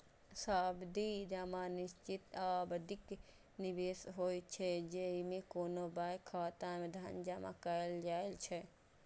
सावधि जमा निश्चित अवधिक निवेश होइ छै, जेइमे कोनो बैंक खाता मे धन जमा कैल जाइ छै